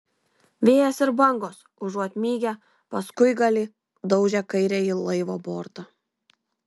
vėjas ir bangos užuot mygę paskuigalį daužė kairįjį laivo bortą